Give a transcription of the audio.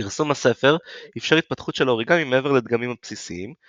פרסום הספר איפשר התפתחות של האוריגמי מעבר לדגמים הבסיסיים,